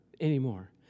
anymore